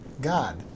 God